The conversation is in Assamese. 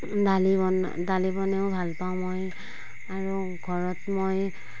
দালি বনাই দালি বনাইও ভাল পাওঁ মই আৰু ঘৰত মই